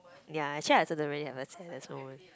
yea actually I also don't really have a at the moment